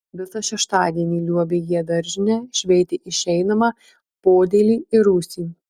visą šeštadienį liuobė jie daržinę šveitė išeinamą podėlį ir rūsį